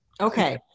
Okay